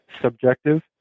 subjective